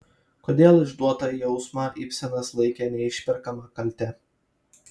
kodėl išduotą jausmą ibsenas laikė neišperkama kalte